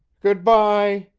good-by!